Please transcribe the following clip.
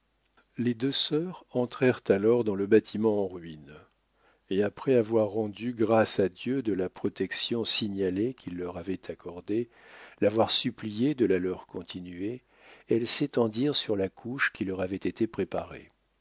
les deux sœurs entrèrent alors dans le bâtiment en ruines et après avoir rendu grâces à dieu de la protection signalée qu'il leur avait accordée l'avoir supplié de la leur continuer elles s'étendirent sur la couche qui leur avait été préparée